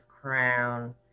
crown